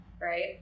right